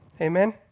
Amen